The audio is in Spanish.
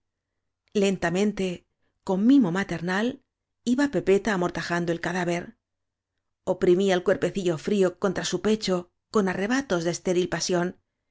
lentamente con mimo maternal iba pepeta amortajando el cadáver oprimía el cuerpecillo frío contra su pecho con arrebatos de estéril pasión